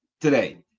today